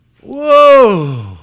Whoa